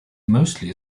mostly